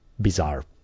bizarre